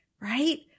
right